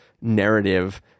narrative